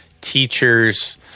teachers